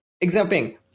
Example